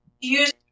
Use